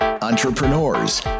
entrepreneurs